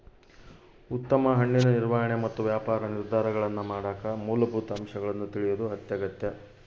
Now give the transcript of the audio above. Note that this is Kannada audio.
ಉತ್ತಮ ಹಣ್ಣಿನ ನಿರ್ವಹಣೆ ಮತ್ತು ವ್ಯಾಪಾರ ನಿರ್ಧಾರಗಳನ್ನಮಾಡಕ ಮೂಲಭೂತ ಅಂಶಗಳನ್ನು ತಿಳಿಯೋದು ಅತ್ಯಗತ್ಯ